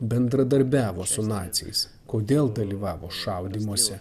bendradarbiavo su naciais kodėl dalyvavo šaudymuose